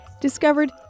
discovered